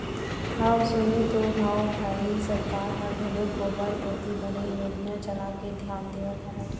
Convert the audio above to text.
हव सुने तो हव भई सरकार ह घलोक गोबर कोती बने योजना चलाके धियान देवत हवय